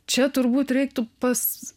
čia turbūt reiktų pas